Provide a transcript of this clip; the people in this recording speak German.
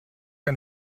ein